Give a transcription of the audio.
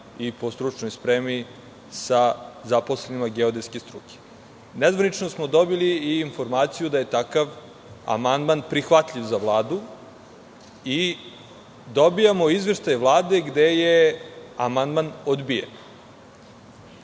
i po stručnoj spremi sa zaposlenima geodetske struke. Nezvanično smo dobili i informaciju da je takav amandman prihvatljiv za Vladu, a dobijamo izveštaj Vlade gde je amandman dobijen.